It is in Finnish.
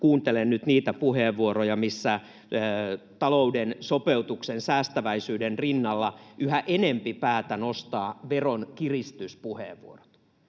kuuntelen nyt niitä puheenvuoroja, missä talouden sopeutuksen ja säästäväisyyden rinnalla yhä enempi päätä nostavat veronkiristyspuheenvuorot.